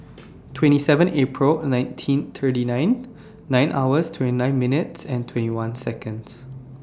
twenty seven April nineteen thirty nine nine hours twenty nine minutes and twenty one Seconds